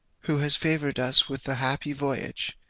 who has favoured us with a happy voyage,